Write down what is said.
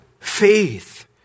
faith